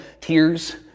tears